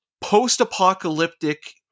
post-apocalyptic